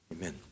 Amen